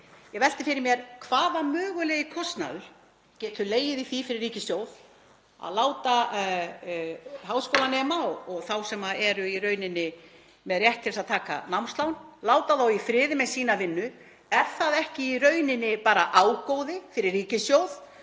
Ég velti fyrir mér: Hvaða mögulegi kostnaður getur legið í því fyrir ríkissjóð að láta háskólanema og þá sem eru með rétt til þess að taka námslán í friði með sína vinnu? Er það ekki í rauninni bara ágóði fyrir ríkissjóð